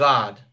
God